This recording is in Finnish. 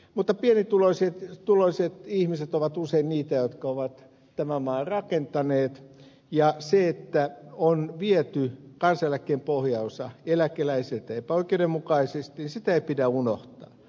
mutta pienituloiset ihmiset ovat usein niitä jotka ovat tämän maan rakentaneet ja sitä että on viety kansaneläkkeen pohjaosa eläkeläisiltä epäoikeudenmukaisesti ei pidä unohtaa